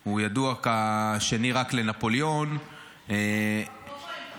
הוא ידוע כשני רק לנפוליאון -- עם הכובע הם דומים.